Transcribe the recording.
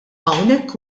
hawnhekk